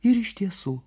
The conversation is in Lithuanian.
ir iš tiesų